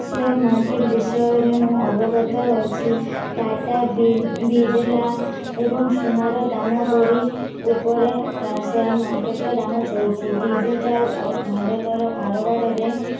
share market ବିଷୟରେ ମୁଁ ଅବଗତ ଅଛି ଟାଟା ବିର୍ଲା ଏବଂ ସୁନାର ଦାମ ପରି ଉପରେ ସେୟାର ମାର୍କେଟ୍ର ଦାମ ଚଳୁଛି ଡିଜିଟାଲ୍ ଅଫ୍ ଭାରତର କାରବାରରେ